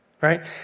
Right